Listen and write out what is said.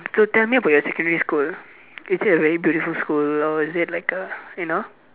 so tell me about your secondary is it a really beautiful school or is it like a you know